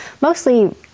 mostly